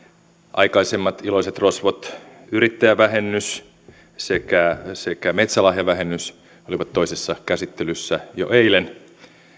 aikaisemmat iloiset rosvot yrittäjävähennys sekä sekä metsälahjavähennys olivat toisessa käsittelyssä jo eilen